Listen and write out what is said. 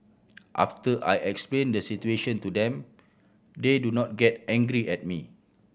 after I explain the situation to them they do not get angry at me